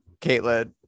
Caitlin